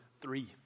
three